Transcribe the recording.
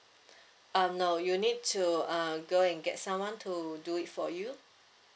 um no you need to uh go and get someone to do it for you